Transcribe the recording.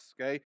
okay